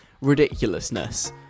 ridiculousness